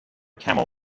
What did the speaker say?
camel